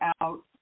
out